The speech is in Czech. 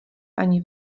ani